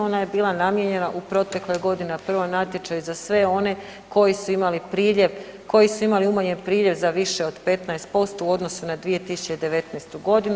Ona je bila namijenjena u protekle godine na prvom natječaju za sve one koji su imali priljev, koji su imali umanjen priljev za više od 15% u odnosu na 2019. godinu.